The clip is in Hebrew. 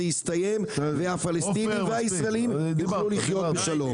יסתיים והפלסטינים והישראלים יוכלו לחיות בשלום.